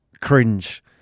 cringe